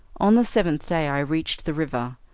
on the seventh day i reached the river,